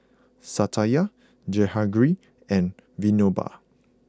Satya Jehangirr and Vinoba